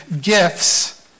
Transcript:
gifts